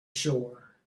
shore